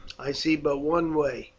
i see but one way.